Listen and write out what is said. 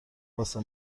واسه